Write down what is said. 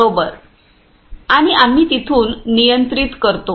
बरोबर आणि आम्ही तिथून नियंत्रित करतो